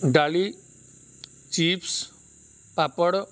ଡ଼ାଲି ଚିପ୍ସ ପାପଡ଼